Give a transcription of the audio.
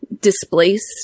displaced